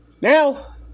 Now